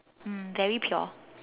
mm very pure